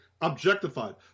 objectified